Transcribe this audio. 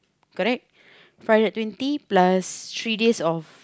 correct four hundred twenty plus three days of